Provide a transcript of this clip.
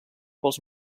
pels